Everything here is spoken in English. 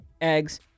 eggs